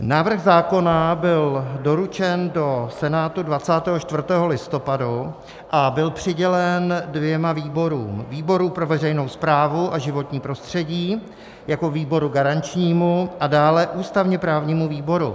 Návrh zákona byl doručen do Senátu 24. listopadu a byl přidělen dvěma výborům výboru pro veřejnou správu a životní prostředí jako výboru garančnímu a dále ústavněprávnímu výboru.